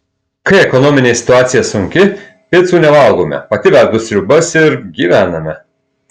kai ekonominė situacija sunki picų nevalgome pati verdu sriubas ir gyvename